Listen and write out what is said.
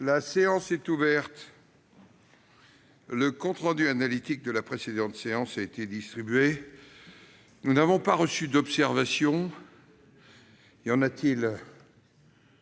La séance est ouverte. Le compte rendu analytique de la précédente séance a été distribué. Il n'y a pas d'observation ?